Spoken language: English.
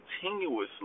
continuously